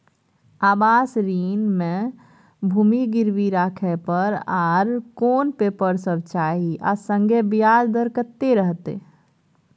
आवास ऋण म भूमि गिरवी राखै पर आर कोन पेपर सब चाही आ संगे ब्याज दर कत्ते रहते?